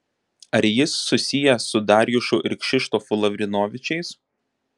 ar jis susijęs su darjušu ir kšištofu lavrinovičiais